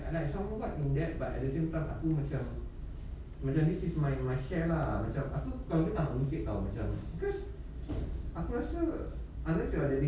an example but in that but at the same time to mature this is my my share lah we are we are we pick out of job because of question unless you are already